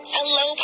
Hello